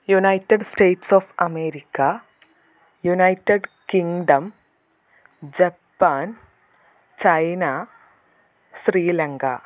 United states of America united kingdom Japan China Sri Lanka